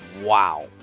Wow